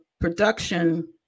production